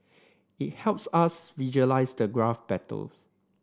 it helps us visualise the graph battle